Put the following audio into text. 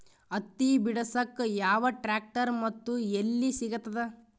ಹತ್ತಿ ಬಿಡಸಕ್ ಯಾವ ಟ್ರ್ಯಾಕ್ಟರ್ ಮತ್ತು ಎಲ್ಲಿ ಸಿಗತದ?